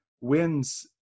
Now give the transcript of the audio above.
wins